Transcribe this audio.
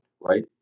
right